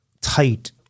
tight